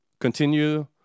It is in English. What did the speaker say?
continue